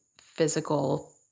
physical